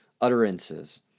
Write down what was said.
utterances